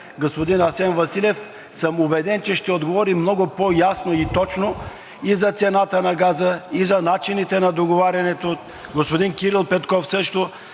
господин Асен Василев и съм убеден, че ще отговори много по-ясно и точно – и за цената на газа, и за начините на договарянето, както и господин Кирил Петков също.